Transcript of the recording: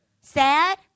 Sad